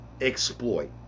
exploit